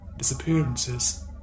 Disappearances